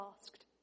asked